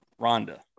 Rhonda